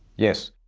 yes.